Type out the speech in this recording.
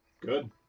Good